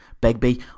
Begbie